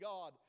God